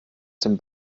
den